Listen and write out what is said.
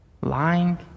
Lying